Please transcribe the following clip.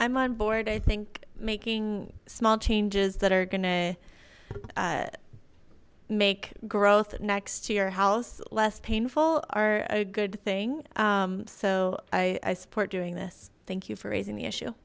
i'm on board i think making small changes that are gonna make growth next to your house less painful are a good thing so i support doing this thank you for raising the issue